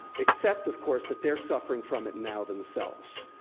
except, of course, that they're suffering from it now, themselves.